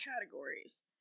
categories